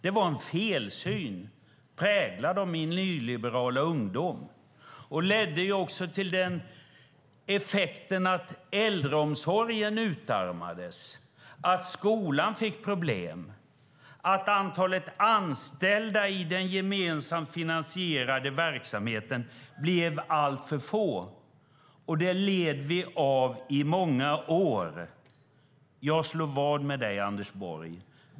Det var en felsyn, präglad av min nyliberala ungdom, och ledde också till att äldreomsorgen utarmades, skolan fick problem och antalet anställda i den gemensamt finansierade verksamheten blev alltför få. Det led vi av i många år. Jag slår vad med dig, Anders Borg.